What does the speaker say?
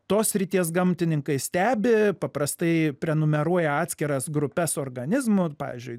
tos srities gamtininkai stebi paprastai prenumeruoja atskiras grupes organizmų pavyzdžiui